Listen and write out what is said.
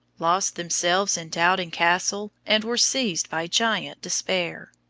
lost themselves in doubting castle, and were seized by giant despair.